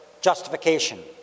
justification